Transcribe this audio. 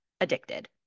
addicted